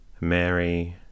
Mary